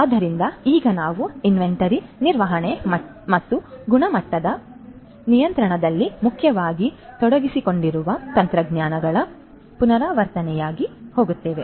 ಆದ್ದರಿಂದ ಈಗ ನಾವು ಇನ್ವೆಂಟರಿ ನಿರ್ವಹಣೆ ಮತ್ತು ಗುಣಮಟ್ಟದ ನಿಯಂತ್ರಣದಲ್ಲಿ ಮುಖ್ಯವಾಗಿ ತೊಡಗಿಸಿಕೊಂಡಿರುವ ತಂತ್ರಜ್ಞಾನಗಳ ಪುನರಾವರ್ತನೆಯಾಗಿ ಹೋಗುತ್ತೇವೆ